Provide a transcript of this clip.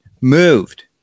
moved